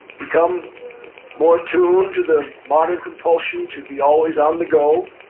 become more attuned to the modern compulsion to be always on the go.